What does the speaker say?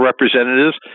representatives